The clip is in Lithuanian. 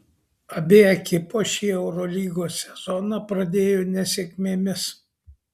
abi ekipos šį eurolygos sezoną pradėjo nesėkmėmis